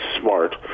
smart